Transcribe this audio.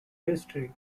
history